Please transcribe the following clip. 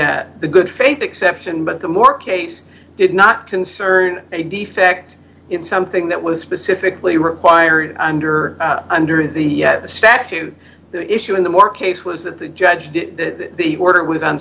apply the good faith exception but the more case did not concern a defect in something that was specifically required under under the statute the issue in the more case was that the judge the order was on